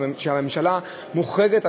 כי הממשלה מוחרגת,